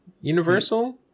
Universal